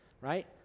right